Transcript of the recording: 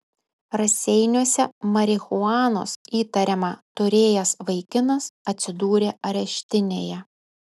raseiniuose marihuanos įtariama turėjęs vaikinas atsidūrė areštinėje